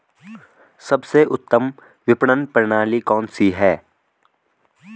सबसे उत्तम विपणन प्रणाली कौन सी है?